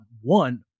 one